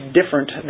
different